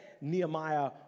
Nehemiah